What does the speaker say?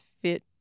fit